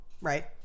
right